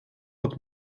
wat